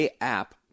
app